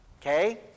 Okay